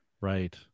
Right